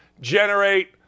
generate